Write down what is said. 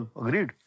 agreed